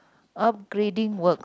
upgrading works